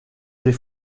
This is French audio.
des